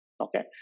Okay